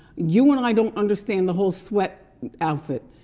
you and i don't understand the whole sweat outfit.